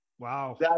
Wow